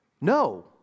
No